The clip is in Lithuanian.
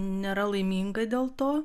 nėra laiminga dėl to